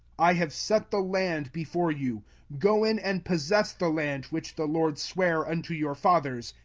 i have set the land before you go in and possess the land which the lord sware unto your fathers,